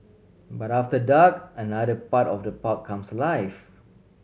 but after dark another part of the park comes alive